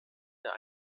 der